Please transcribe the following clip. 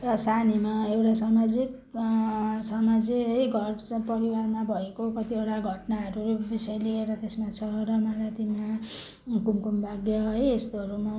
र सानीमा एउटा सामाजिक समाजै है घर परिवारमा भएको कतिवटा घटनाहरू विषय लिएर त्यसमा छ र मालतीमा कुमकुम भाग्य है यस्तोहरू